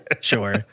sure